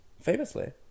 Famously